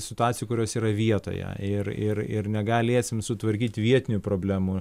situacijų kurios yra vietoje ir ir ir negalėsim sutvarkyti vietinių problemų